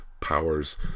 powers